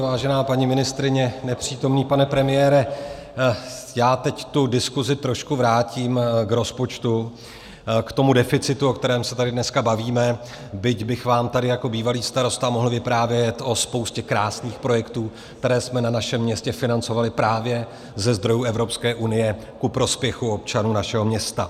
Vážená paní ministryně, nepřítomný pane premiére, já teď tu diskusi trošku vrátím k rozpočtu, k tomu deficitu, o kterém se tady dneska bavíme, byť bych vám tady jako bývalý starosta mohl vyprávět o spoustě krásných projektů, které jsme v našem městě financovali právě ze zdrojů Evropské unie ku prospěchu občanů našeho města.